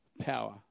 power